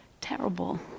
terrible